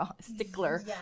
stickler